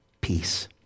peace